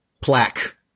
plaque